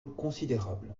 considérable